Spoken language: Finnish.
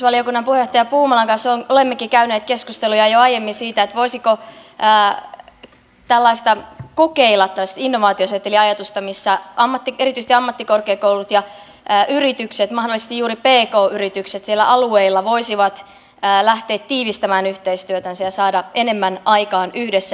sivistysvaliokunnan puheenjohtajan edustaja puumalan kanssa olemmekin jo aiemmin käyneet keskusteluja siitä voisiko tällaista kokeilla tällaista innovaatioseteliajatusta missä erityisesti ammattikorkeakoulut ja yritykset mahdollisesti juuri pk yritykset siellä alueilla voisivat lähteä tiivistämään yhteistyötänsä ja saada enemmän aikaan yhdessä